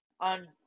on